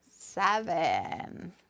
Seven